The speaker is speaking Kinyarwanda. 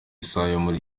isaha